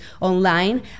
online